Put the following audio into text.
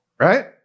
Right